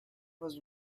was